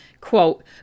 Quote